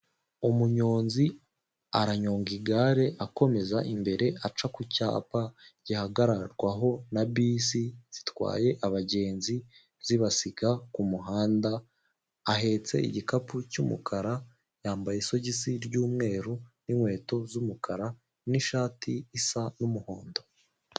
Umunyonzi aranyonga igare akomeza imbere, aca ku cyapa gihagararwaho na bisi zitwaye abagenzi zibasiga ku muhanda, ahetse igikapu cy'umukara, yambaye isogisi ry'umweru, n'inkweto z'umukara, n'ishati isa n'umuhondo.